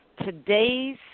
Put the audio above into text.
today's